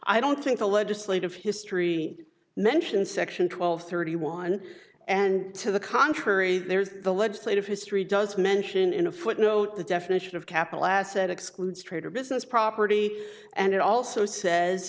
i don't think the legislative history mentions section twelve thirty one and to the contrary there's the legislative history does mention in a footnote the definition of capital asset excludes trade or business property and it also says